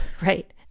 right